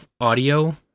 audio